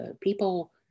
people